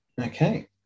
okay